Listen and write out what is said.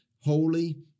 holy